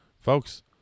Folks